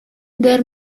their